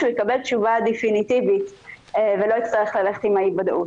שהוא יקבל תשובה דפיניטיבית ולא יצטרך ללכת עם אי הוודאות.